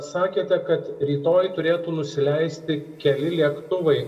sakėte kad rytoj turėtų nusileisti keli lėktuvai